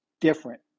different